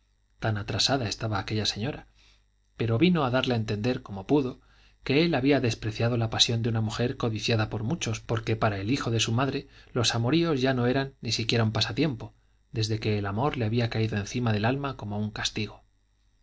de amores con una mujer casada tan atrasada estaba aquella señora pero vino a dar a entender como pudo que él había despreciado la pasión de una mujer codiciada por muchos porque porque para el hijo de su madre los amoríos ya no eran ni siquiera un pasatiempo desde que el amor le había caído encima del alma como un castigo